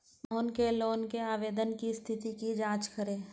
मोहन के लोन के आवेदन की स्थिति की जाँच करें